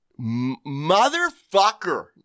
motherfucker